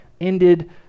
ended